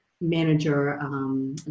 manager